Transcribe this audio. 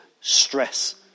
stress